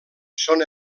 són